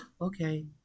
okay